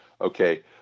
Okay